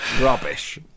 rubbish